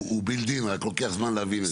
הוא built-in, רק לוקח זמן להבין את זה.